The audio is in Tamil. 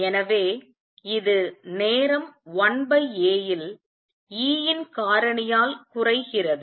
எனவே இது நேரம் 1A இல் E இன் காரணியால் குறைகிறது